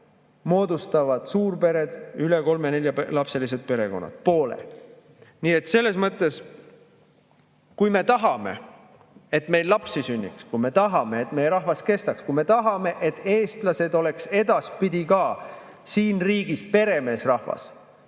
moodustavad suurpered, kolme, nelja ja [rohkema] lapsega perekonnad. Poole! Nii et kui me tahame, et meil lapsi sünniks, kui me tahame, et meie rahvas kestaks, kui me tahame, et eestlased oleks edaspidi ka siin riigis peremeesrahvas,